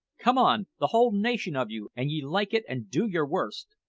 come on, the whole nation of you, an ye like it, and do your worst!